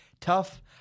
tough